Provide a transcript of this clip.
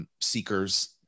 seekers